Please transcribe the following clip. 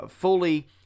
fully